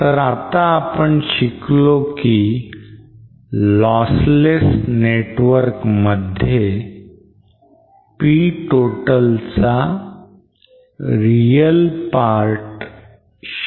तर आता आपण शिकलो की lossless network मध्ये P total चा real part 0 असतो